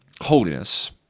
holiness